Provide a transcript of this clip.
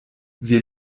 wir